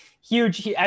huge